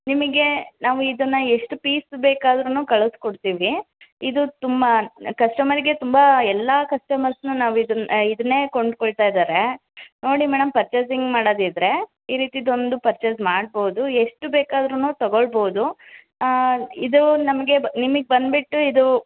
ನಿಮಗೆ ನಾವು ಇದನ್ನು ಎಷ್ಟು ಪೀಸ್ ಬೇಕಾದರೂನು ಕಳಿಸ್ಕೊಡ್ತೀವಿ ಇದು ತುಂಬ ಕಸ್ಟಮರಿಗೆ ತುಂಬ ಎಲ್ಲ ಕಸ್ಟಮರ್ಸನ್ನೂ ನಾವು ಇದನ್ನ ಇದನ್ನೇ ಕೊಂಡ್ಕೊಳ್ತಾ ಇದ್ದಾರೆ ನೋಡಿ ಮೇಡಮ್ ಪರ್ಚೇಸಿಂಗ್ ಮಾಡೋದಿದ್ರೆ ಈ ರೀತಿದು ಒಂದು ಪರ್ಚೇಸ್ ಮಾಡ್ಬೋದು ಎಷ್ಟು ಬೇಕಾದರೂನು ತಗೊಳ್ಬೋದು ಇದು ನಮಗೆ ನಿಮ್ಗೆ ಬಂದುಬಿಟ್ಟು ಇದು